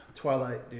Twilight